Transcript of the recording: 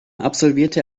absolvierte